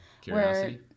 Curiosity